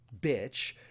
bitch